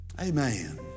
Amen